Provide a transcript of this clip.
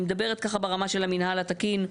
ואני מדברת ככה ברמה של המינהל התקין,